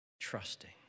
trusting